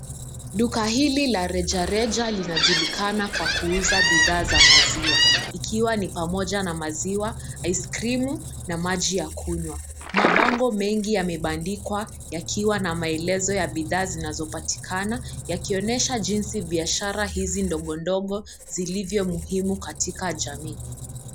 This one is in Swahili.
Duka hili la rejareja linajulikana kwa kuuza bidhaa za maziwa, ikiwa ni pamoja na maziwa, iskrimu na maji ya kunywa. Mabango mengi yamebandikwa yakiwa na maelezo ya bidhaa zinazopatikana yakionyesha jinsi biashara hizi ndogo ndogo zilivyo muhimu katika jamii.